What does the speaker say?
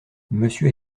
monsieur